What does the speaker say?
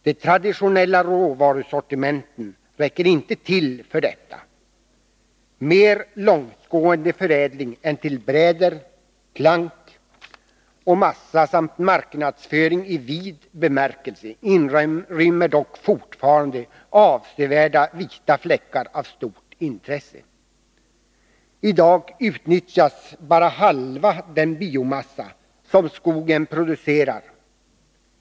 De traditionella råvarusortimenten räcker inte till för detta. Mer långtgående förädling än till bräder, plank och massa samt marknadsföring i vid bemärkelse inrymmer dock fortfarande avsevärda "vita fläckar av stort intresse. I dag utnyttjas bara halva den biomassa som skogen producerar.